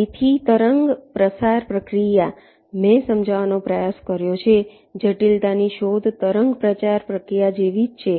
તેથી તરંગ પ્રસાર પ્રક્રિયા મેં સમજાવવાનો પ્રયાસ કર્યો છે જટિલતા ની શોધ તરંગ પ્રચાર પ્રક્રિયા જેવી જ છે